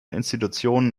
institutionen